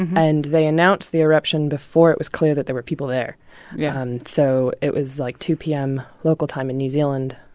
and they announced the eruption before it was clear that there were people there yeah um so it was, like, two zero p m. local time in new zealand.